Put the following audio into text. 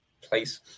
place